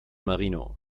marino